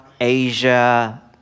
Asia